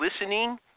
listening